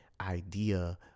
idea